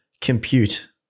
compute